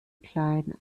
klein